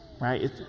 right